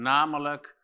Namelijk